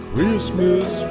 Christmas